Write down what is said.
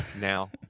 Now